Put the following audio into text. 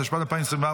התשפ"ד 2024,